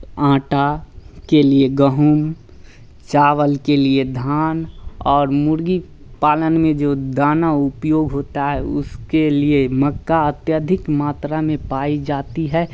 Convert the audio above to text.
आटा के लिए गेहूँ चावल के लिए धान और मुर्गी पालन जो दाना उपयोग होता है उसके लिए मक्का अत्यधिक मात्रा में पाई जाती है